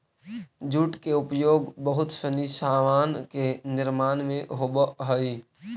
jute के उपयोग बहुत सनी सामान के निर्माण में होवऽ हई